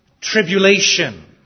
tribulation